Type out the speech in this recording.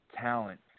talent